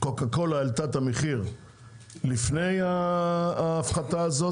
קוקה-קולה העלתה את המחיר לפני ההפחתה הזאת,